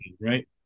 right